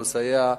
לסייע,